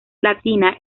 latina